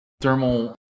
thermal